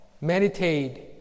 meditate